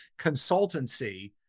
consultancy